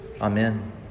Amen